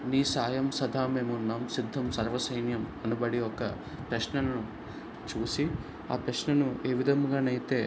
నీ సాయం సదా మేమున్నాం సిద్ధం సర్వ సైన్యం అనబడే ఒక ప్రశ్నలను చూసి ఆ ప్రశ్నను ఏ విధంగా అయితే